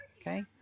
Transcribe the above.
okay